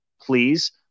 please